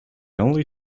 only